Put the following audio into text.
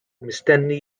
mistenni